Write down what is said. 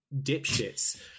dipshits